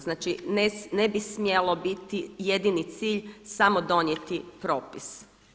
Znači ne bi smjelo biti jedini cilj samo donijeti propis.